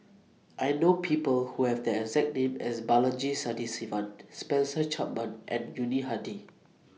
I know People Who Have The exact name as Balaji Sadasivan Spencer Chapman and Yuni Hadi